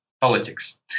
politics